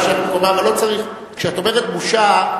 כשאת אומרת "בושה",